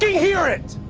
hear it